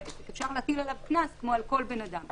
אפשר להטיל עליו קנס כמו על כל בן אדם.